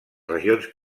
regions